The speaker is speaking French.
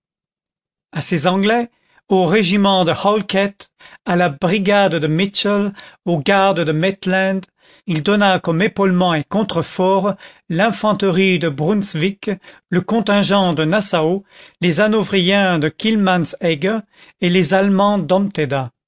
à ses anglais aux régiments de halkett à la brigade de mitchell aux gardes de maitland il donna comme épaulements et contreforts l'infanterie de brunswick le contingent de nassau les hanovriens de kielmansegge et les allemands